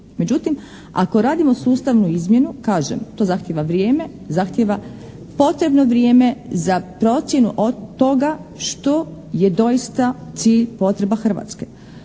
Međutim, ako radimo sustavu izmjenu kažem to zahtijeva vrijeme, zahtijeva potrebno vrijeme za procjenu toga što je doista cilj potreba Hrvatske.